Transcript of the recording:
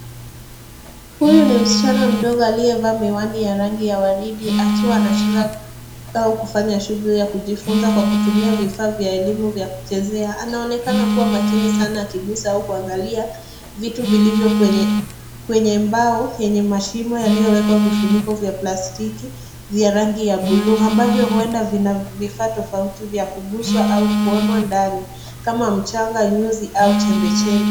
Huyu ni msichana mdogo aliyevaa miwani ya rangi ya waridi akiwa anacheza au kufanya shughuli ya kujifunza kwa kutumia vifaa vya elimu vya kuchezea. Anaonekana kuwa makini sana akiguza au kuangalia vitu vilivyo kwenye mbao yenye mashimo yaliyowekwa vifuniko vya plastiki vya rangi ya buluu, ambavyo huenda vina vifaa tofauti vya kuguzwa au kuonwa ndani kama mchanga, nyuzi au chembechembe.